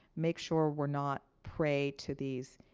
make sure we're not prey to these